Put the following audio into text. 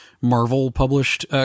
Marvel-published